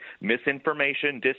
misinformation